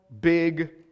big